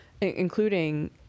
including